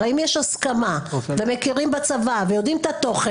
הרי אם יש הסכמה ומכירים בצוואה ויודעים את התוכן